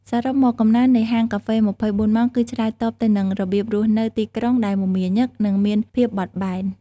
សរុបមក កំណើននៃហាងកាហ្វេ ២៤ ម៉ោងគឺឆ្លើយតបទៅនឹងរបៀបរស់នៅទីក្រុងដែលមមាញឹក និងមានភាពបត់បែន។